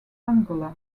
angola